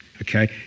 okay